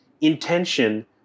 intention